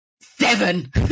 seven